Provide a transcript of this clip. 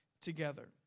together